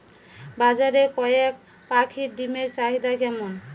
বাজারে কয়ের পাখীর ডিমের চাহিদা কেমন?